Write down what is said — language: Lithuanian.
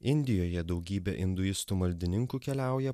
indijoje daugybė induistų maldininkų keliauja